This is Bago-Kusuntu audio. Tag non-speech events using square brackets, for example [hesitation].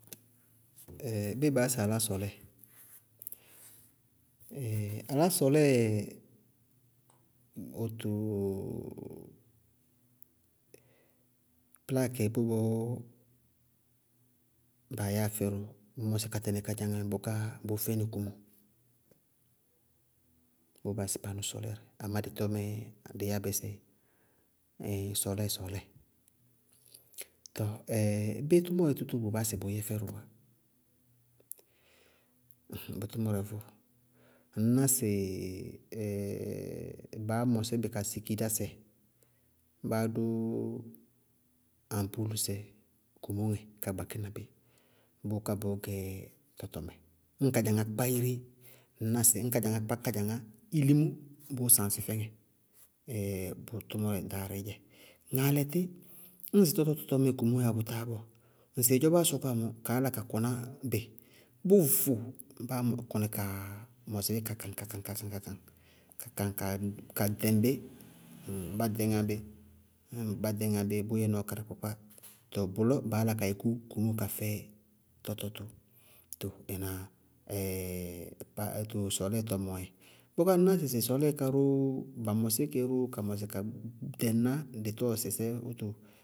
[hesitation] béé baá yá sɩ aláásɔɔlɛɛ? [hesitation] aláásɔɔlɛɛ wótoo plákɩ bʋbɔɔ baa yáa fɛlʋ ŋñ mʋsí ka tɩnɩ kádzaŋá mɛ bʋká bʋʋ fɛnɩ kumóo, bʋʋ baá yá sɩ paanóó sɔɔlɛɛrɩ, amá dɩ tɔtɔmɛ dɩí yá bɩ sɩ ɛɛ sɔɔlɛɛyɩ sɔɔlɛɛyɩ. Tɔɔ [hesitation] béé tʋmʋrɛ tútúú bʋ báásɩ bʋʋyɛ fɛdʋ, bʋ tʋmʋrɛ vʋʋ, ŋñná sɩ [hesitation] baá mɔsí bɩ ka siki dásɛ, báá dʋ ampúuli sɛ kumúŋɛ ka gbakína bí bʋká bʋʋgɛ tɔtɔmɛ. Ñŋ kádzaŋá kpá iré, ŋñ ná sɩ ñŋ kádzaŋá kpá kádzaŋá ilimó, bʋʋ saŋsɩ fɛ ŋɛ. [hesitation] bʋ tʋmʋrɛ darɩí dzɛa, ŋalɛtí ñŋsɩ tɔtɔ tʋ tɔɔ mɛɛ kumóo yáa bʋ táá bɔɔ, ŋsɩ ɩdzɔbáá sɔkɔwá mɔɔ kaá yála ka kɔná bɩ bʋ vʋ báá mɔ kɔnɩ kaa mɔsɩ bí ka kaŋ ka kaŋ ka kaŋ ka ɖɛŋ bí, bá ɖɛñŋá bí, bá ɖɛñŋá bí bʋʋ yɛ nɔɔ karɩkpákpá. Tɔɔ bʋlɔɔ baá yála ka yúkú komóo ka fɛ tɔtɔtɔ. Too ɩnáa? [hesitation] sɔɔlɛɛyɩ tɔmɔɔ yɛ. Bʋká ŋñná sɩ sɔɔlɛɛyɩ ká róó ba mɔsíkɛ ró ka mɔsɩ ka ɖɩŋná dɩ tɔɔsɩsɛ wʋtʋ.